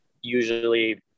usually